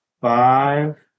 five